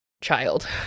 child